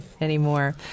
anymore